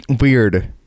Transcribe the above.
weird